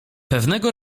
pewnego